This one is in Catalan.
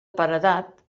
paredat